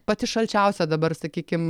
pati šalčiausia dabar sakykim